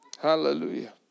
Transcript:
Hallelujah